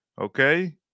Okay